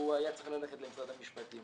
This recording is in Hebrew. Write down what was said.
הוא היה צריך ללכת למשרד המשפטים,